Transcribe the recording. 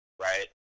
right